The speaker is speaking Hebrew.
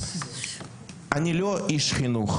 אני לא איש חינוך,